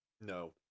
No